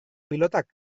pilotak